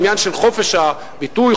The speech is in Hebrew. עניין חופש הביטוי,